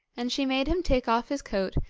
and she made him take off his coat,